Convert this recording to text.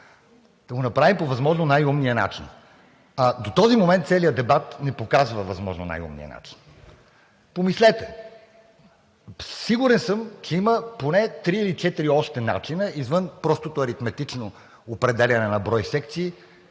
да го направим по възможно най-умния начин. До този момент целият дебат не показва възможно най-умния начин. Помислете, сигурен съм, че има поне още три или четири начина извън простото аритметично определяне на брой секции,